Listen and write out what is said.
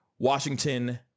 Washington